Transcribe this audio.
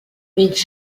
menys